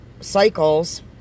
cycles